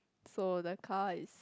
so the car is